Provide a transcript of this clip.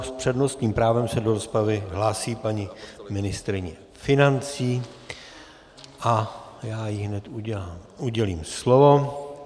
S přednostním právem se do rozpravy hlásí paní ministryně financí a já jí hned udělím slovo.